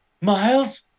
Miles